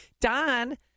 Don